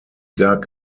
dug